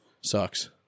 Sucks